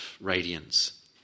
radiance